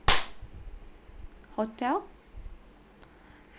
hotel